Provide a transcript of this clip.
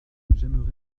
j’aimerais